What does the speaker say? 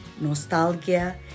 nostalgia